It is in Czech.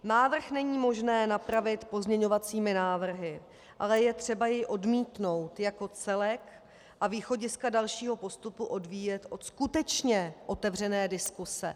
Návrh není možné napravit pozměňovacími návrhy, ale je třeba jej odmítnout jako celek a východiska dalšího postupu odvíjet od skutečně otevřené diskuse.